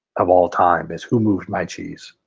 of all time is who moved my cheese.